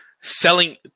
selling